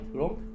Wrong